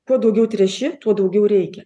kuo daugiau tręši tuo daugiau reikia